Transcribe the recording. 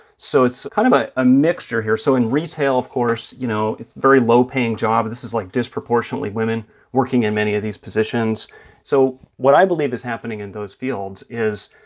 so it's kind of ah a mixture here. so in retail, of course, you know, it's a very low-paying job. this is, like, disproportionately women working in many of these positions so what i believe is happening in those fields is,